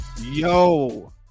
Yo